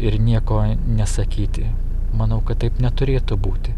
ir nieko nesakyti manau kad taip neturėtų būti